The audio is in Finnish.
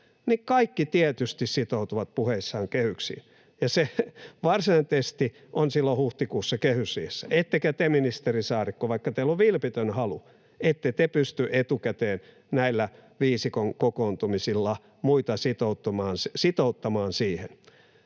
kaikki tietysti sitoutuvat puheissaan kehyksiin, ja se varsinainen testi on silloin huhtikuussa kehysriihessä. Ettekä te, ministeri Saarikko, vaikka teillä on vilpitön halu, pysty etukäteen näillä viisikon kokoontumisilla muita sitouttamaan siihen.